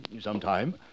sometime